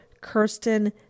Kirsten